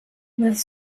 with